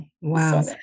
Wow